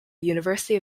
university